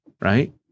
right